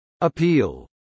Appeal